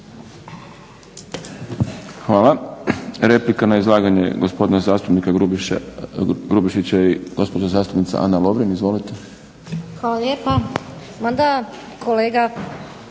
Hvala. Replika na izlaganje gospodina zastupnika Grubišića i gospođa zastupnica Ana Lovrin. Izvolite. **Lovrin, Ana (HDZ)**